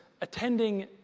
attending